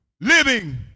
Living